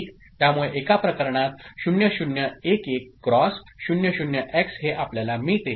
त्यामुळेएका प्रकरणात 0 0 1 1 cross 0 0 X हे आपल्याला मिळते